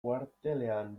kuartelean